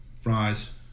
fries